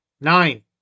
Nine